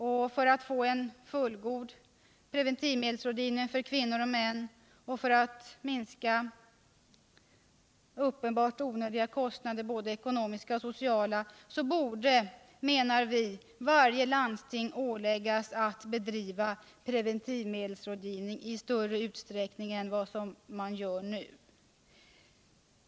För att man skall få en fullgod preventivmedelsrådgivning för kvinnor och män och för att man skall kunna minska uppenbart onödiga kostnader borde, menar vi, alla landsting åläggas att bedriva preventivmedelsrådgivning i större utsträckning än de gör nu.